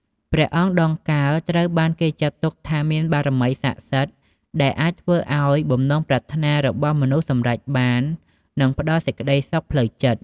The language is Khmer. ព្រះអង្គដងកើ ត្រូវបានគេចាត់ទុកថាមានបារមីស័ក្តិសិទ្ធិ ដែលអាចធ្វើឲ្យបំណងប្រាថ្នារបស់មនុស្សសម្រេចបាន និងផ្ដល់សេចក្ដីសុខផ្លូវចិត្ត។